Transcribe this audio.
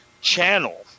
channel